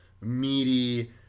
meaty